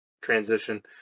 Transition